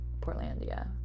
Portlandia